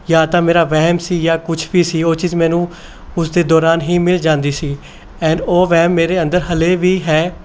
ਜਾਂ ਤਾਂ ਮੇਰਾ ਵਹਿਮ ਸੀ ਜਾਂ ਕੁਛ ਵੀ ਸੀ ਉਹ ਚੀਜ਼ ਮੈਨੂੰ ਉਸਦੇ ਦੌਰਾਨ ਹੀ ਮਿਲ ਜਾਂਦੀ ਸੀ ਐਂਡ ਉਹ ਵਹਿਮ ਮੇਰੇ ਅੰਦਰ ਹਲੇ ਵੀ ਹੈ